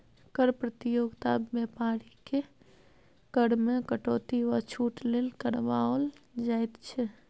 कर प्रतियोगिता बेपारीकेँ कर मे कटौती वा छूट लेल करबाओल जाइत छै